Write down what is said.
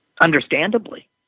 understandably